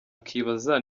akibaza